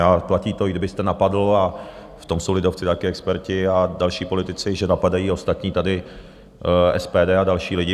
A platí to, i kdybyste napadl, a v tom jsou lidovci taky experti, a další politici, že napadají ostatní tady, SPD a další lidi.